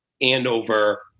Andover